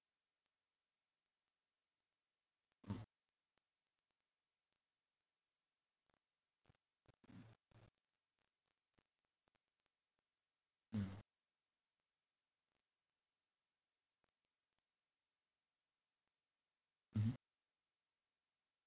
ya mmhmm